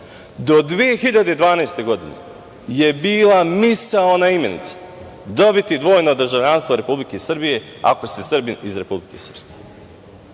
Do 2012. godine je bila misaona imenica dobiti dvojno državljanstvo Republike Srbije ako ste Srbin iz Republike Srpske.